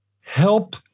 help